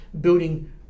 building